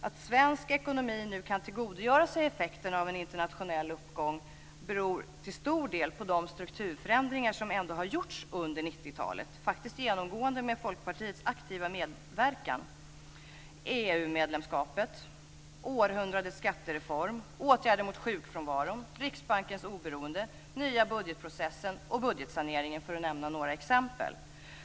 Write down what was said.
Att svensk ekonomi nu kan tillgodogöra sig effekterna av en internationell uppgång beror till stor del på de strukturförändringar som ändå har gjorts under 90-talet, faktiskt genomgående med Riksbankens oberoende, nya budgetprocessen och budgetsaneringen för att nämna några exempel.